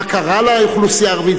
מה קרה לאוכלוסייה הערבית,